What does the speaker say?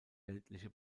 weltliche